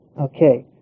Okay